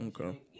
Okay